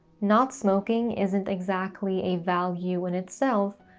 not smoking, isn't exactly a value in itself,